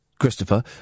Christopher